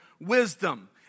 wisdom